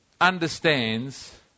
understands